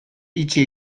itxi